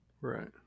Right